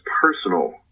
personal